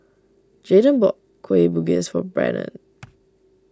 Jaeden bought Kueh Bugis for Brennon